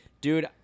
dude